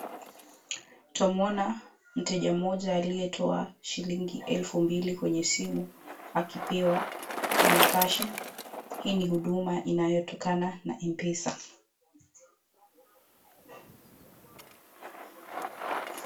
Utamuona mteja mmoja aliyetoa shilingi elfu mbili kwenye simu, akipewa kama kashi. Hii ni huduma inayotokana na M-Pesa.